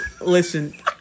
listen